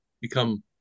become